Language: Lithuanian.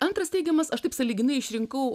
antras teigiamas aš taip sąlyginai išrinkau